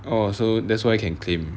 oh so that's why can claim